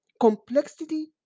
Complexity